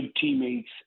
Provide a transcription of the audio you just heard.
teammates